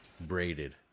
Braided